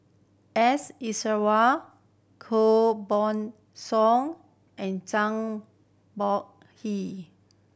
S Koh Song and Zhang Bohe